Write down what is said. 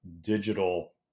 digital